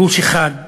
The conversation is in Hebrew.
גוש אחד נגד,